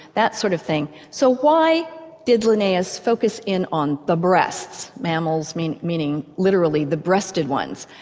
that sort of thing. so why did linnaeus focus in on the breast, mammals meaning meaning literally the breasted ones?